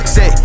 Say